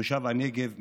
תושב הנגב.